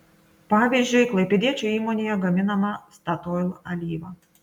pavyzdžiui klaipėdiečių įmonėje gaminama statoil alyva